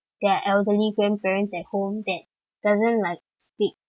their elderly grandparents at home that doesn't like speak